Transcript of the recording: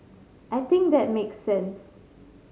I think that make sense